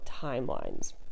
timelines